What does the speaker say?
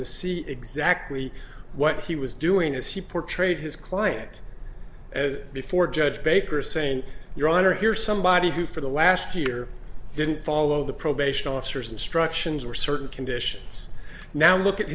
to see exactly what he was doing as he portrayed his client as before judge baker saying your honor here's somebody who for the last year didn't follow the probation officer's instructions were certain conditions now look at